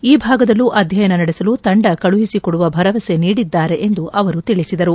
ಈ ಭಾಗದಲ್ಲೂ ಅಧ್ಯಯನ ನಡೆಸಲು ತಂಡ ಕಳುಹಿಸಿಕೊಡುವ ಭರವಸೆ ನೀಡಿದ್ದಾರೆ ಎಂದು ಅವರು ತಿಳಿಸಿದರು